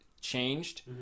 changed